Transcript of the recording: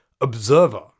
Observer